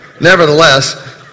Nevertheless